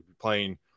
playing